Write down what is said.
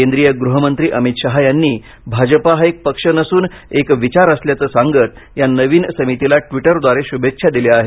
केंद्रीय गृहमंत्री अमित शहा यांनी भाजपा हा पक्ष नसून एक विचार असल्याचं सांगत या नवीन समितीला ट्विटरद्वारे शुभेच्छा दिल्या आहेत